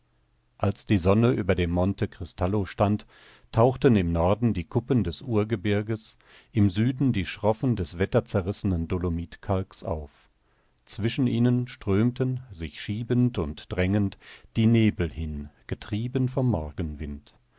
als die sonne über dem monte cristallo stand tauchten im norden die kuppen des urgebirges im süden die schroffen des wetterzerrissenen dolomitkalks auf zwischen ihnen strömten sich schiebend und drängend die nebel hin getrieben vom morgenwind